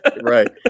right